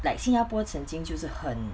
like 新加坡曾经就是很